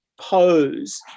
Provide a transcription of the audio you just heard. pose